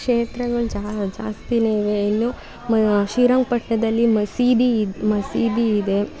ಕ್ಷೇತ್ರಗಳ್ ಜಾಸ್ತಿಯೇ ಇವೆ ಇನ್ನು ಮ ಶ್ರೀರಂಗಪಟ್ಣದಲ್ಲಿ ಮಸೀದಿ ಮಸೀದಿ ಇದೆ